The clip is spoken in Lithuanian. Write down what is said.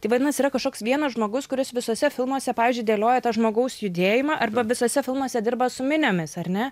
tai vadinasi yra kažkoks vienas žmogus kuris visuose filmuose pavyzdžiui dėlioja tą žmogaus judėjimą arba visuose filmuose dirba su miniomis ar ne